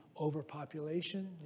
overpopulation